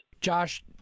Josh